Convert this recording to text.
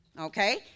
okay